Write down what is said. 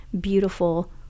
beautiful